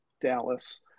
Dallas